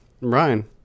Ryan